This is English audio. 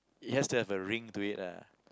it has to have a ring to it ah